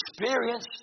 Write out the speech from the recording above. experience